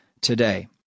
today